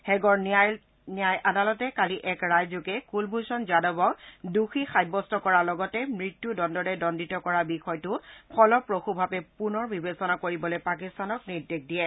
হেগৰ ন্যায় আদালতে কালি এক ৰায়যোগে কুলভুষন যাদৱক দোষী সাব্যস্ত কৰাৰ লগতে মৃত্যূদণ্ডেৰে দণ্ডিত কৰাৰ বিষয়টো ফলপ্ৰসূভাৱে পুনৰ বিবেচনা কৰিবলৈ পাকিস্তানক নিৰ্দেশ দিয়ে